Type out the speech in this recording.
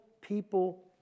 people